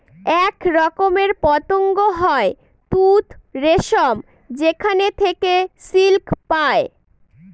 এক রকমের পতঙ্গ হয় তুত রেশম যেখানে থেকে সিল্ক পায়